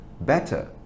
better